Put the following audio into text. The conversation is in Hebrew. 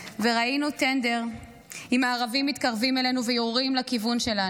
וראינו טנדר עם הערבים מתקרבים אלינו ויורים לכיוון שלנו.